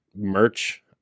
merch